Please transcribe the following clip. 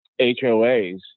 hoas